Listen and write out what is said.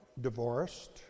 divorced